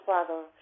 Father